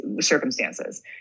circumstances